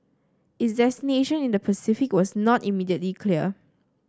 its destination in the Pacific was not immediately clear